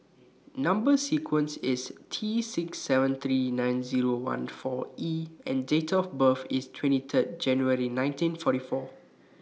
Number sequence IS T six seven three nine Zero one four E and Date of birth IS twenty three January nineteen forty four